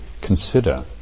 consider